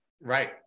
Right